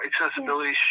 accessibility